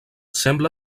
sembla